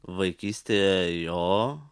vaikystėje jo